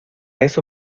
eso